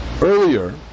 earlier